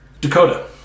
Dakota